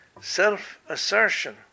self-assertion